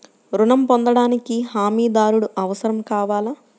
ఋణం పొందటానికి హమీదారుడు అవసరం కావాలా?